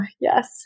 yes